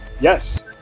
Yes